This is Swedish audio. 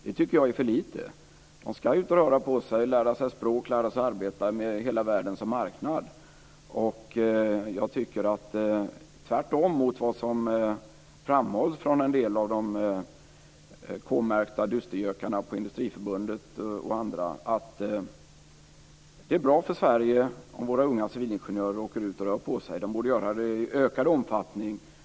Det tycker jag är för lite. De skall ut och röra på sig, lära sig språk och lära sig arbeta med hela världen som marknad. Tvärtom mot vad som framhålls från en del av de K-märkta dystergökarna på Industriförbundet och andra är det bra för Sverige om våra unga civilingenjörer åker ut och rör på sig. De borde göra det i ökad omfattning.